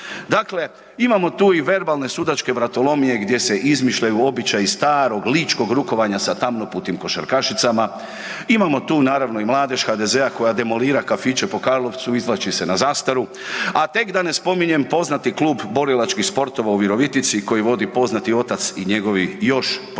Dakle, imamo tu i verbalne sudačke vratolomije gdje se izmišljaju običaju starog ličkog rukovanja sa tamnoputim košarkašicama, imamo tu naravno i mladež HDZ-a koja demolira kafiće po Karlovcu, izvlači se na zastaru, a tek da ne spominjem poznati klub borilačkih sportova u Virovitici koji vodi poznati otac i njegovi još poznatiji